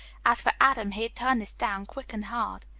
as for adam, he'd turn this down quick and hard.